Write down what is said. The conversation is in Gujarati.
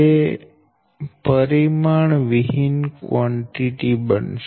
તે પરિમાણહીન કવાંટીટી બનશે